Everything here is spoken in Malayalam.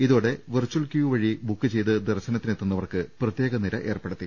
ഇതോടെ വെർച്ചൽ ക്യൂ വഴി ബുക്ക് ചെയ്ത് ദർശനത്തിനെത്തുന്നവർക്ക് പ്രത്യേക നിര ഏർപ്പെടുത്തി